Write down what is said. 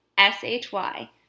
S-H-Y